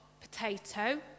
potato